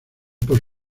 post